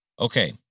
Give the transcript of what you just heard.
Okay